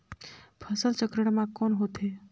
फसल चक्रण मा कौन होथे?